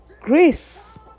grace